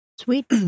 Sweet